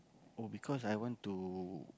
oh because I want to